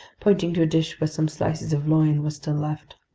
pointing to a dish where some slices of loin were still left.